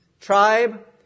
tribe